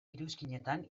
iruzkinetan